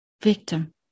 victim